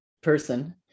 person